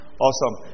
Awesome